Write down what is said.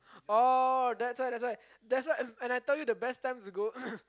oh that's why that's why that's why and I told you the best times to go